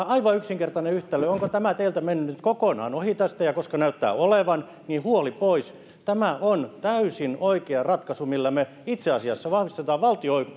aivan yksinkertainen yhtälö onko tämä teiltä mennyt kokonaan ohi ja koska näyttää olevan niin huoli pois tämä on täysin oikea ratkaisu millä me itse asiassa vahvistamme valtion